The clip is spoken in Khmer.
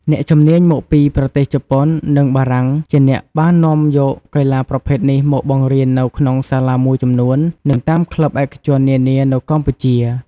អ្នកជំនាញមកពីប្រទេសជប៉ុន និងបារាំងជាអ្នកបាននាំយកកីឡាប្រភេទនេះមកបង្រៀននៅក្នុងសាលាមួយចំនួន និងតាមក្លិបឯកជននានានៅកម្ពុជា ។